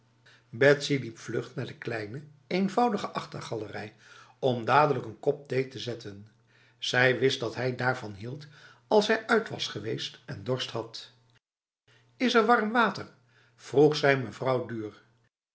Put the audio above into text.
liep vlug naar de kleine eenvoudige achtergalerij om dadelijk n kop thee te zetten zij wist dat hij daarvan hield als hij uit was geweest en dorst had is er warm water vroeg zij mevrouw duhr